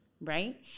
right